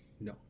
No